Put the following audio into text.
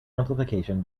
amplification